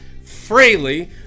freely